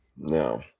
No